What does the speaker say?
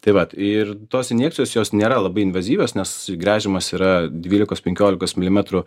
tai vat ir tos injekcijos jos nėra labai invazyvios nes gręžiamas yra dvylikos penkiolikos milimetrų